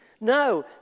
No